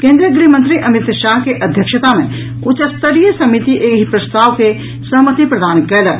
केन्द्रीय गृह मंत्री अमित शाह के अध्यक्षता मे उच्च स्तरीय समिति एहि प्रस्ताव के सहमति प्रदान कयलक